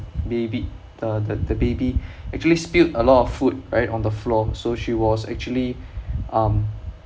baby uh the the baby actually spilled a lot of food right on the floor so she was actually um